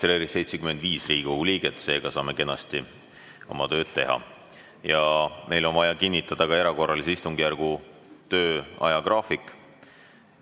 75 Riigikogu liiget, seega saame kenasti oma tööd teha. Meil on vaja kinnitada ka erakorralise istungjärgu töö ajagraafik.